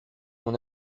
mon